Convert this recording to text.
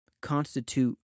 constitute